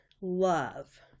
love